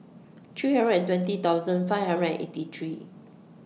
three hundred and twenty thousand five hundred and eighty three